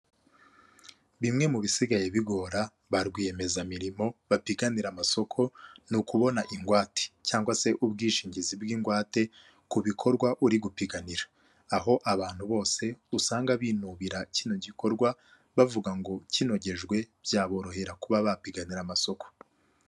Bimwe mu bisigaye bigora ba rwiyemezamirimo bapiganira amasoko, ni ukubona ingwate, cyangwa se ubwishingizi bw'ingwate ku bikorwa uri gupiganira. Aho abantu bose usanga binubira kino gikorwa bavuga ngo, kinogejwe byaborohera kuba bapiganira amasoko.